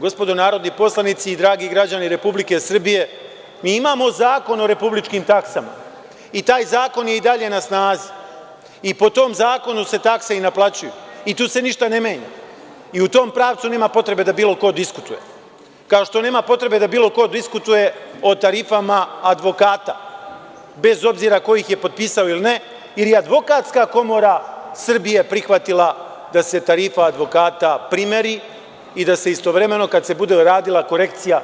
Gospodo narodni poslanici, dragi građani Republike Srbije, mi imamo Zakon o republičkim taksama i taj zakon je i dalje na snazi i po tom zakonu se takse i naplaćuju i tu se ništa ne menja i u tom pravcu nema potrebe da bilo ko diskutuje, kao što nema potrebe da bilo ko diskutuje o tarifama advokata bez obzira ko ih je potpisao ili ne, jer je Advokatska komora Srbije prihvatila da se tarifa advokata primeri i da se istovremeno kada se bude radila korekcija